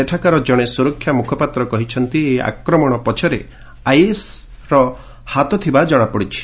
ସେଠାକାର ଜଣେ ସୁରକ୍ଷା ମୁଖପାତ୍ର କହିଛନ୍ତି ଏହି ଆକ୍ରମଣ ପଛରେ ଆଇଏସ୍ର ହାତ ଥିବା ଜଣାପଡ଼ିଛି